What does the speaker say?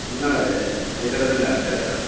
न न एतदपि नास्ति अत्र